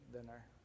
dinner